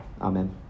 Amen